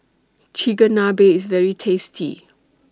Chigenabe IS very tasty